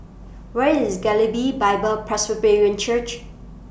Where IS Galilee Bible Presbyrian Church